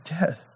dead